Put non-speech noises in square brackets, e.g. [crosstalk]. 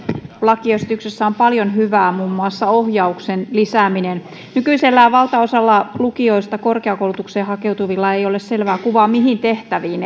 lakiesityksessä on paljon hyvää muun muassa ohjauksen lisääminen nykyisellään valtaosalla lukioista korkeakoulutukseen hakeutuvilla ei ole selvää kuvaa mihin tehtäviin [unintelligible]